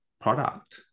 product